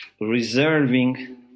reserving